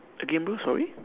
again bro sorry